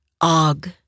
Og